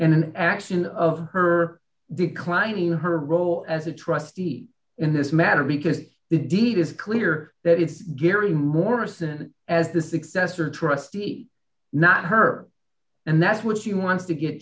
property and action of her declining her role as a trustee in this matter because the deed is clear that it's very morrison as the successor trustee not her and that's what she wants to get